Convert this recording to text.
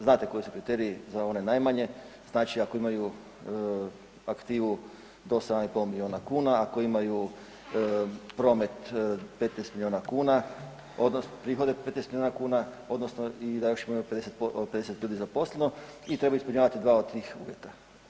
Znate koji su kriteriji za one najmanje, znači ako imaju aktivu do 7 i pol milijuna kuna, ako imaju promet 15 milijuna kuna, odnosno prihode 15 milijuna kuna, odnosno i da još imaju 50 ljudi zaposleno, i trebaju ispunjavati 2 od tih uvjeta.